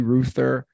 Ruther